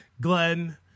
Glenn